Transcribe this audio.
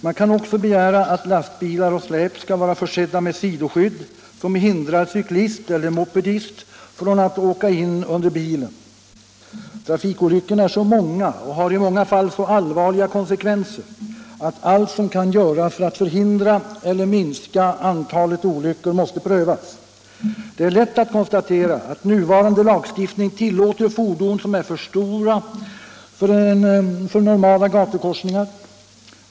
Man kan också begära att lastbilar och släp skall vara försedda med sidoskydd, som hindrar cyklist eller mopedist från att åka in under bilen. Trafikolyckorna är så många och har i många fall så allvarliga konsekvenser att allt som kan göras för att förhindra eller minska antalet olyckor måste prövas. Det är lätt att konstatera att nuvarande lagstiftning tillåter fordon som är för stora för normala gatukorsningar.